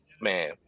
man